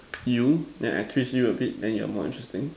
you then I twist you a bit then you're more interesting